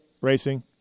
Racing